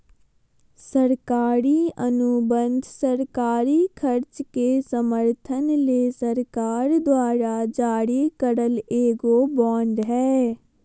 सरकारी अनुबंध सरकारी खर्च के समर्थन ले सरकार द्वारा जारी करल एगो बांड हय